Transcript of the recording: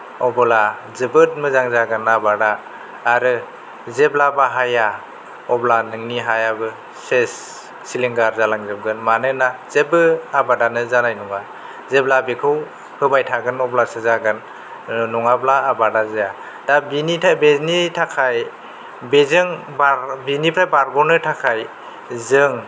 अबोला जोबोद मोजां जागोन आबादा आरो जेब्ला बाहाया अब्ला नोंनि हायाबो सेस सिलिंखार जालांजोबगोन मानोना जेबो आबादानो जानाय नङा जेब्ला बेखौ होबाय थागोन अब्लासो जागोन ओ नङाब्ला आबादा जाया दा बेनि थाखाय बेजों बार बेनिफ्राय बारग'नो थाखाय जों